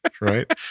Right